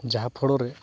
ᱡᱟᱦᱟᱸ ᱯᱷᱳᱲᱳ ᱨᱮ